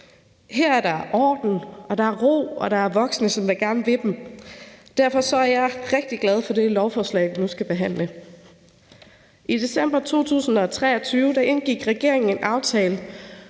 Her er der orden og ro, og der er voksne, som gerne vil dem. Derfor er jeg rigtig glad for det lovforslag, som vi nu behandler. I december 2023 indgik regeringen en aftale